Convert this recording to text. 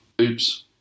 oops